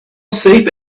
safe